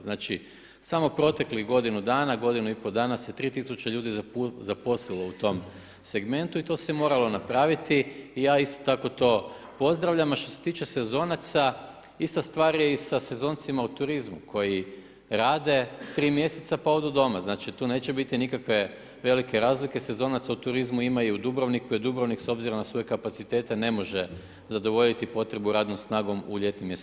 Znači samo proteklih godinu dana, godinu i pol dana se 3000 ljudi zaposlilo u tom segmentu i to se moralo napraviti i ja isto tako to pozdravljam a što se tiče sezonaca, ista stvar je i sa sezoncima u turizmu koji rade 3 mjeseca pa odu doma, znači tu neće biti nikakve velike razlike, sezonaca u turizmu ima i u Dubrovniku i Dubrovnik s obzirom na svoje kapacitete ne može zadovoljiti potrebu radnom snagom u ljetnim mjesecima.